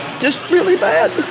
just really bad?